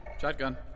Shotgun